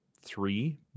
three